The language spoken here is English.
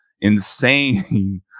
insane